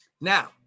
now